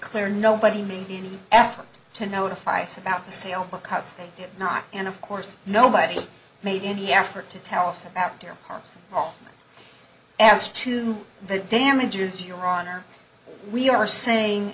clear nobody made any effort to notify us about the sale because they did not and of course nobody made any effort to tell us about harvesting all as to the damages your honor we are saying